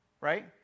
Right